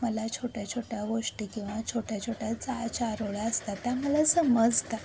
मला छोट्या छोट्या गोष्टी किंवा छोट्या छोट्या चा चारोळ्या असतात त्या मला समजतात